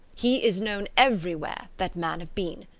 he is known everywhere that men have been.